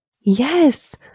Yes